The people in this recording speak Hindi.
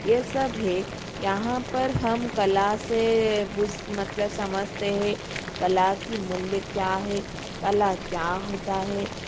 ये सब है यहाँ पर हम कला से बुश मतलब समझते हैं कला की मूल्य क्या है कला क्या होता है